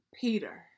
Peter